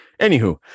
anywho